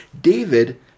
David